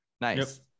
nice